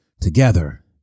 Together